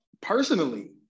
personally